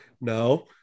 No